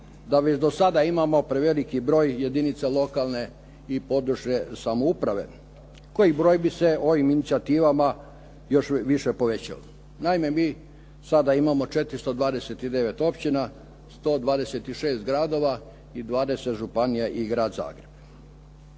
da već do sada imamo preveliki broj jedinica lokalne i područne samouprave koji broj bi se ovim inicijativama još više povećao. Naime, mi sada imamo 429 općina, 126 gradova i 20 županija i Grad Zagreb.